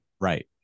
Right